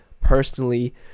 personally